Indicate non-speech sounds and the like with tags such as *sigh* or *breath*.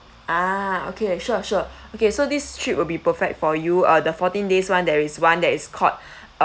ah okay sure sure *breath* okay so this trip will be perfect for you uh the fourteen days [one] there is one that is called *breath*